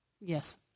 Yes